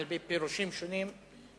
על-פי פירושים שונים,